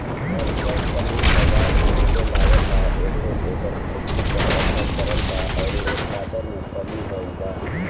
अब सब सामान बजार में मिले लागल बा एसे एकर खेती पर असर पड़ल बा अउरी उत्पादन में कमी भईल बा